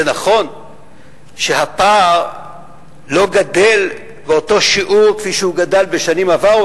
זה נכון שהפער לא גדל באותו שיעור כפי שהוא גדל בשנים עברו,